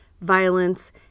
violence